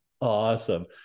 Awesome